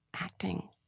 Acting